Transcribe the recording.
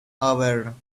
over